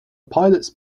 pilots